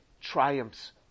triumphs